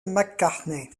mccartney